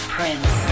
Prince